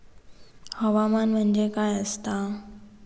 हवामान म्हणजे काय असता?